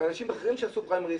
אנשים אחרים שעשו פריימריז,